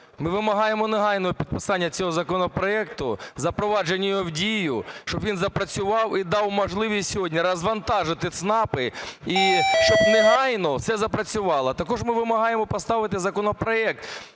Ми вимагаємо негайного підписання цього законопроекту, запровадження його в дію, щоб він запрацював і дав можливість сьогодні розвантажити ЦНАПи і щоб негайно все запрацювало. Також ми вимагаємо поставити законопроект